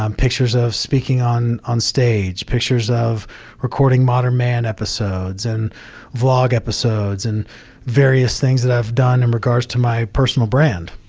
um pictures of speaking on on stage, pictures of recording modern man episodes, and vlog episodes and various things that i've done in regards to my personal brand.